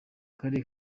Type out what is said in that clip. karere